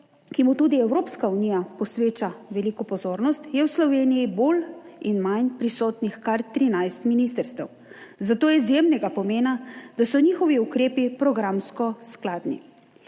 ki mu tudi Evropska unija posveča veliko pozornost, je v Sloveniji bolj in manj prisotnih kar 13 ministrstev, zato je izjemnega pomena, da so njihovi ukrepi programsko skladni.